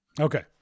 okay